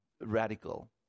radical